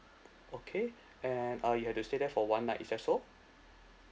okay and uh you have to stay there for one night is that so